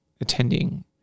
attending